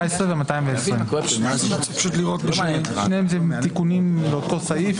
מדובר בשני תיקוני נוסח לאותו הסעיף,